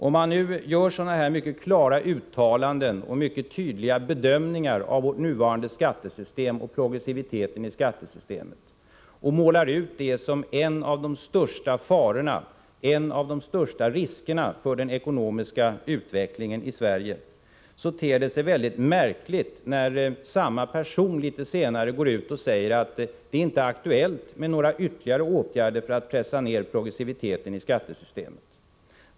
Om man nu gör sådana mycket klara uttalanden och mycket tydliga bedömningar av vårt nuvarande skattesystem och progressiviteten i skattesystemet och målar ut det som en av de största riskerna för den ekonomiska utvecklingen i Sverige, ter det sig väldigt märkligt när samma person litet senare går ut och säger att det är inte aktuellt med några ytterligare åtgärder för att pressa ner progressiviteten i skattesystemet.